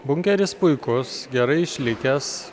bunkeris puikus gerai išlikęs